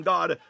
God